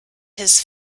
his